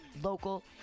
local